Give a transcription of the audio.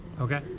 Okay